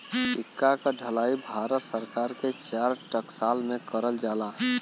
सिक्का क ढलाई भारत सरकार के चार टकसाल में करल जाला